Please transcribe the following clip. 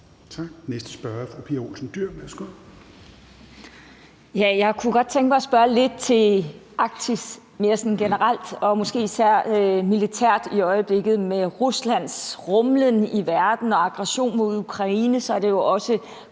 Olsen Dyhr. Kl. 16:51 Pia Olsen Dyhr (SF): Jeg kunne godt tænke mig at spørge lidt til Arktis mere sådan generelt og måske især militært i øjeblikket. Med Ruslands rumlen i verden og aggression mod Ukraine